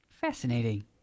Fascinating